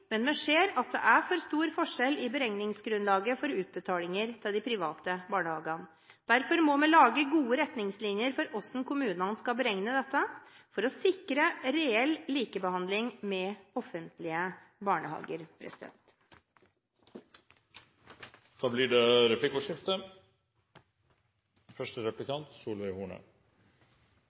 men vi ser at det er for stor forskjell i beregningsgrunnlaget for utbetalinger til de private barnehagene. Derfor må vi lage gode retningslinjer for hvordan kommunene skal beregne dette for å sikre reell likebehandling med offentlige barnehager. Det blir replikkordskifte.